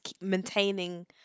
maintaining